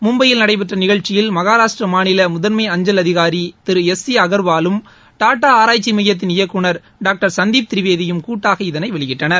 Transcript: மும்பையில் நடைபெற்றநிகழ்ச்சியில் மகாராஷ்டிரமாநிலமுதன்மை அஞ்சல் அதிகாரிதிரு எஸ் சிஅக்வாலும் டாடாஆராய்ச்சிமையத்தின் இயக்குநர் டாக்டர் சந்தீப் திரிவேதியும் கூட்டாக இதனைவெளியிட்டனர்